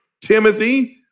Timothy